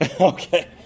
Okay